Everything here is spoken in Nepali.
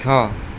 छ